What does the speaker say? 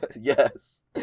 Yes